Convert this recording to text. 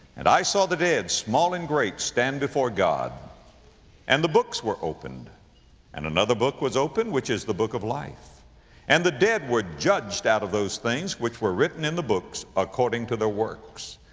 and i saw the dead, small and great, stand before god and the books were opened and another book was opened, which is the book of life and the dead were judged out of those things which were written in the books, according to their works.